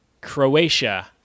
Croatia